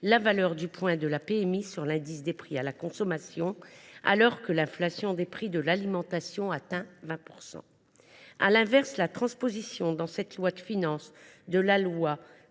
la valeur du point de la PMI sur l’indice des prix à la consommation, alors que l’inflation des prix alimentaires atteint 20 %. À l’inverse, la traduction dans cette loi de finances de la loi